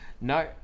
No